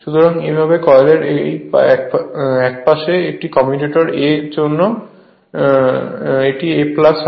সুতরাং এইভাবে কয়েলের এই একপাশে একটি কমিউটেটর a এর অন্য পাশে এটি a হয়